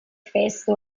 feste